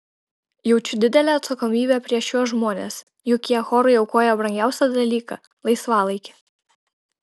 jaučiu didelę atsakomybę prieš šiuos žmones juk jie chorui aukoja brangiausią dalyką laisvalaikį